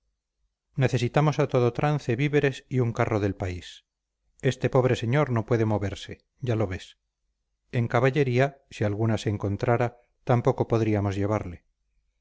necesitamos a todo trance víveres y un carro del país este pobre señor no puede moverse ya lo ves en caballería si alguna se encontrara tampoco podríamos llevarle